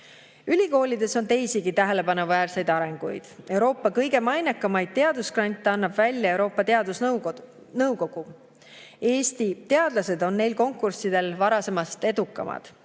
Ülikoolides on teisigi tähelepanuväärseid arenguid. Euroopa kõige mainekamaid teadusgrante annab välja Euroopa Teadusnõukogu. Eesti teadlased on neil konkurssidel olnud varasemast edukamad.